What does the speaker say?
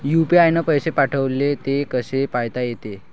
UPI न पैसे पाठवले, ते कसे पायता येते?